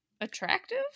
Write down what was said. attractive